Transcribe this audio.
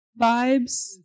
vibes